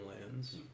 Lands